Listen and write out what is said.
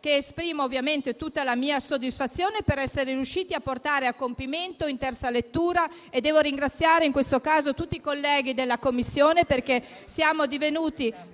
esprimo ovviamente tutta la mia soddisfazione per essere riusciti a portarlo a compimento in terza lettura. Devo ringraziare, in questo caso, tutti i colleghi della Commissione per essere addivenuti